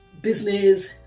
business